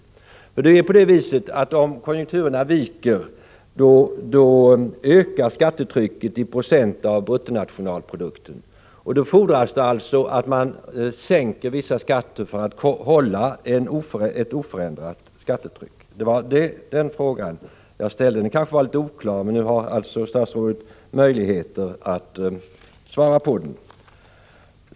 Det förhåller sig nämligen så, att om konjunkturerna viker, ökar skattetrycket i procent av bruttonationalprodukten. Då fordras det alltså att vissa skatter sänks för att man skall kunna hålla ett oförändrat skattetryck. Det var den frågan jag ställde. Den var kanske litet oklar, men nu har statsrådet en möjlighet att svara på den.